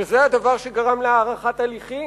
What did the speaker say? שזה הדבר שגרם להארכת הליכים.